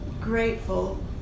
grateful